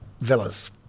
villas